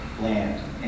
land